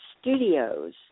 Studios